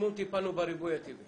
מקסימום טיפלנו בריבוי הטבעי.